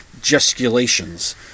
gesticulations